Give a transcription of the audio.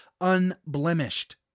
unblemished